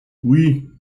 oui